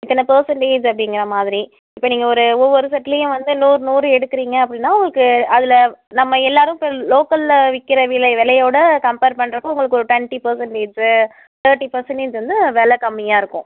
இத்தனை பர்சன்டேஜ் அப்படிங்கிற மாதிரி இப்போ நீங்கள் ஒரு ஒவ்வொரு செட்லயும் வந்து நூறு நூறு எடுக்குறீங்க அப்படின்னா உங்களுக்கு அதில் நம்ம எல்லாரும் போய் லோக்கல்ல விற்கிற விலை விலையோட கம்பேர் பண்ணுறப்ப உங்களுக்கு ஒரு டொண்ட்டி பர்சன்டேஜ்ஜு தேர்ட்டி பர்சன்டேஜ் வந்து வில கம்மியாக இருக்கும்